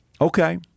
Okay